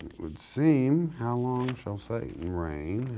would seem how long shall satan reign?